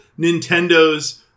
Nintendo's